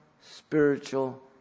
spiritual